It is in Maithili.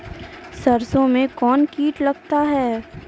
सरसों मे कौन कीट लगता हैं?